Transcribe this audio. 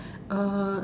uh